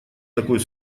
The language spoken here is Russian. такой